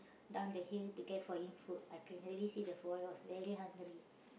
down the hill to get for him food I can really see the boy was very hungry